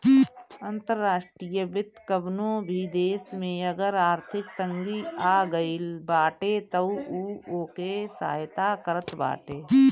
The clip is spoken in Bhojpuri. अंतर्राष्ट्रीय वित्त कवनो भी देस में अगर आर्थिक तंगी आगईल बाटे तअ उ ओके सहायता करत बाटे